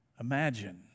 imagine